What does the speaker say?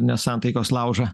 nesantaikos laužą